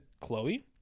Chloe